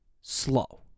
slow